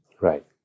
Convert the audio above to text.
right